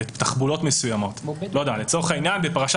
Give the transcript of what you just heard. בתחבולות מסוימות לצורך העניין בפרשת